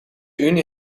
unie